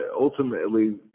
ultimately